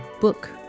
book